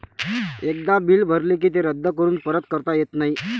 एकदा बिल भरले की ते रद्द करून परत करता येत नाही